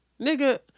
Nigga